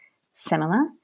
similar